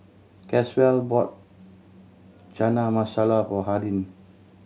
Caswell bought Chana Masala for Harden